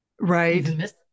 Right